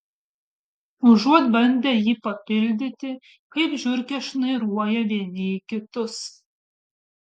užuot bandę jį papildyti kaip žiurkės šnairuoja vieni į kitus